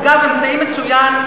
אגב, אמצעי מצוין.